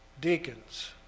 deacons